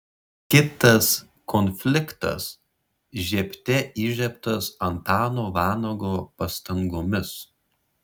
kitas konfliktas žiebte įžiebtas antano vanago pastangomis